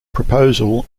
proposal